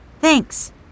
Thanks